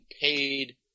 paid